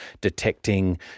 detecting